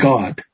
God